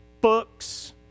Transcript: books